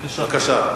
בבקשה.